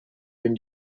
that